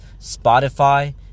Spotify